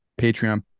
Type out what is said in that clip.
Patreon